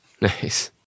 Nice